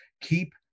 Keep